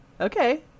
Okay